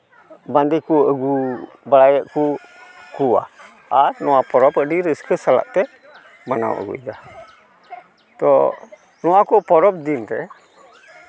ᱵᱟᱸᱫᱮ ᱠᱚ ᱟᱹᱜᱩ ᱵᱟᱲᱟᱭᱮᱜ ᱠᱚᱣᱟ ᱟᱨ ᱱᱚᱣᱟ ᱯᱚᱨᱚᱵᱽ ᱟᱹᱰᱤ ᱨᱟᱹᱥᱠᱟᱹ ᱥᱟᱞᱟᱜ ᱛᱮ ᱢᱟᱱᱟᱣ ᱟᱹᱜᱩᱭᱮᱫᱟ ᱛᱚ ᱱᱚᱣᱟ ᱠᱚ ᱯᱚᱨᱚᱵᱽ ᱫᱤᱱᱨᱮ